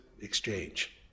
Exchange